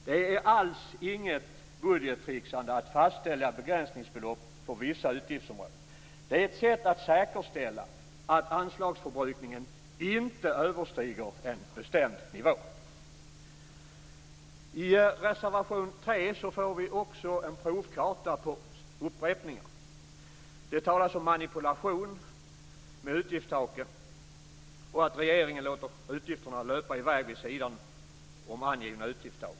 Det är alls inget budgettricksande att fastställa begränsningsbelopp för vissa utgiftsområden. Det är ett sätt att säkerställa att anslagsförbrukningen inte överstiger en bestämd nivå. I reservation 3 får vi också en provkarta på upprepningar. Det talas om manipulation med utgiftstaken och att regeringen låter utgifterna löpa i väg vid sidan om angivna utgiftstak.